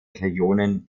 regionen